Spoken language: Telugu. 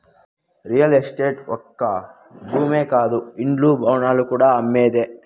రియల్ ఎస్టేట్ ఒక్క భూమే కాదు ఇండ్లు, భవనాలు కూడా అమ్మేదే